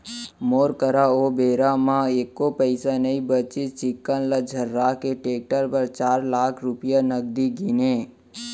मोर करा ओ बेरा म एको पइसा नइ बचिस चिक्कन ल झर्रा के टेक्टर बर चार लाख रूपया नगद गिनें